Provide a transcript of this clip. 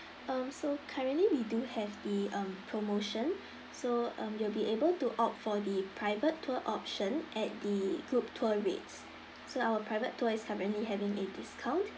um so currently we do have the um promotion so um you will be able to opt for the private tour option at the group tour rates so our private tour is currently having a discount